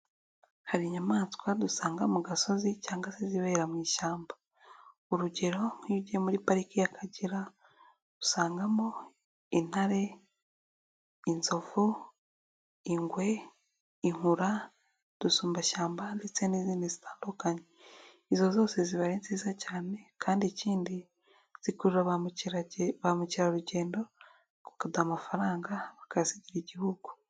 Hari inyamaswa dusanga mu gasozi cyangwa se zibera mu ishyamba. Urugero nk'iyo ugiye muri pariki y'Akagera usangamo: intare, inzovu, ingwe, inkura, udusumbashyamba ndetse n'izindi zitandukanye. Izo zose ziba ari nziza cyane kandi ikindi zikurura ba mukerarugendo bakaduha amafaranga bakazigira Igihugu.